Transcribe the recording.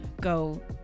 go